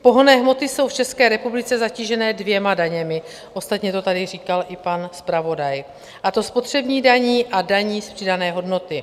Pohonné hmoty jsou v České republice zatížené dvěma daněmi ostatně to tady říkal i pan zpravodaj a to spotřební daní a daní z přidané hodnoty.